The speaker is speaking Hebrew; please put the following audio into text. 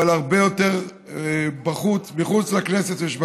אבל הרבה יותר מחוץ לכנסת מאשר בכנסת.